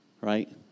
Right